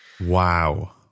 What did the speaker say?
Wow